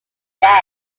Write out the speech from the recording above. death